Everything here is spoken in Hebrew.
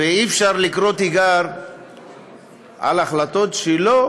ואי-אפשר לקרוא תיגר על החלטות שלו,